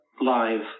live